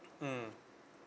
mmhmm